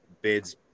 bids